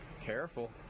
Careful